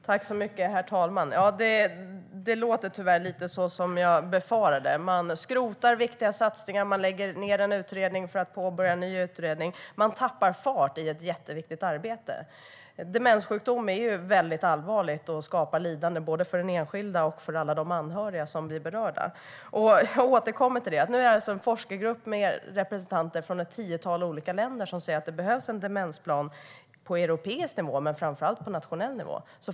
Herr talman! Det låter tyvärr lite grann såsom jag befarade. Man skrotar viktiga satsningar, man lägger ned en utredning för att påbörja en ny utredning och man tappar fart i ett jätteviktigt arbete. Demenssjukdom är något mycket allvarligt och skapar lidande både för den enskilda och för alla de anhöriga som blir berörda. Jag återkommer till att det nu alltså är en forskargrupp med representanter från ett tiotal olika länder som säger att det behövs en demensplan på europeisk nivå men framför allt på nationell nivå.